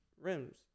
rims